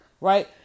right